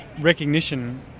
recognition